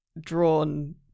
drawn